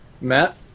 Matt